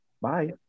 Bye